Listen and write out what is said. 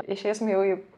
išeisim jau į